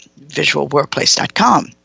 visualworkplace.com